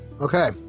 Okay